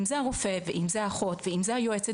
אם זה הרופא ואם זה האחות ואם זה היועצת